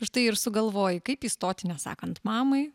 štai ir sugalvoji kaip įstoti nesakant mamai